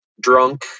drunk